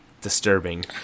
disturbing